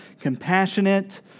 compassionate